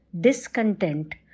discontent